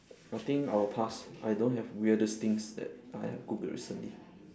I think I will pass I don't have weirdest things that I have googled recently